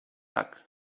tak